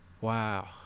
wow